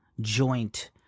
joint